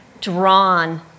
drawn